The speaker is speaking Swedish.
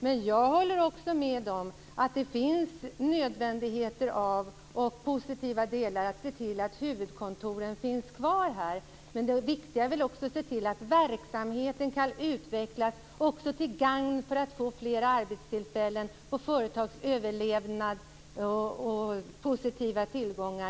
Men jag håller med om att det är nödvändigt och positivt att huvudkontoren finns kvar i landet. Det viktiga är också att se till att verksamheten kan utvecklas till gagn för vårt land i form av fler arbetstillfällen, företags överlevnad och positiva tillgångar.